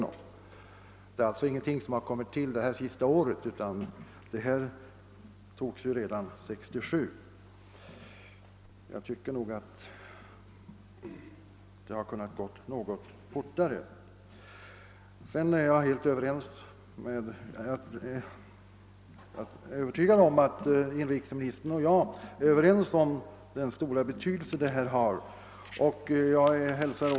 Det är alltså ingenting som har kommit till under det senaste året, och jag tycker nog att utvecklingen hade kunnat gå något fortare. Jag är heit övertygad om att inrikes ministern och jag är överens om den stora betydelse den här verksamheten har.